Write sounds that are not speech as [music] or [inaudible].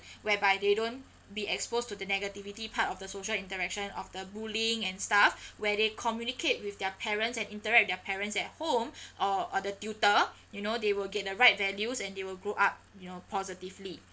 [breath] whereby they don't be exposed to the negativity part of the social interaction of the bullying and stuff [breath] where they communicate with their parents and interact with their parents at home [breath] or or the tutor you know they will get the right values and they will grow up you know positively